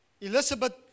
Elizabeth